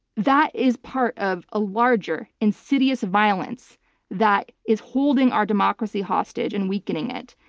that is part of a larger insidious violence that is holding our democracy hostage and weakening it.